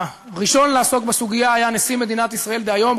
הראשון לעסוק בסוגיה היה נשיא מדינת ישראל דהיום,